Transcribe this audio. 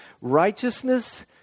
righteousness